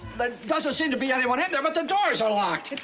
but doesn't seem to be anyone in there, but the doors are locked.